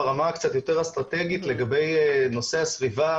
ברמה הקצת יותר אסטרטגית לגבי נושא הסביבה